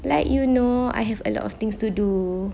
like you know I have a lot of things to do